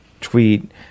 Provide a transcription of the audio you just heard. tweet